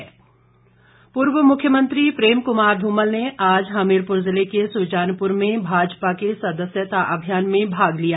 धूमल पूर्व मुख्यमंत्री प्रेम क्मार ध्रमल ने आज हमीरपुर जिले के सुजानपुर में भाजपा के सदस्यता अभियान में भाग लिया